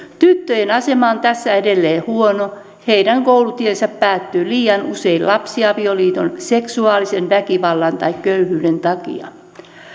tyttöjen asema on tässä edelleen huono heidän koulutiensä päättyy liian usein lapsiavioliiton seksuaalisen väkivallan tai köyhyyden takia